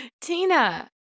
tina